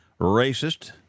racist